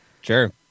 Sure